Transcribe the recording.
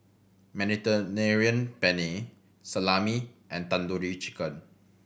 Mediterranean Penne Salami and Tandoori Chicken